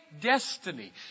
destiny